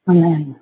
Amen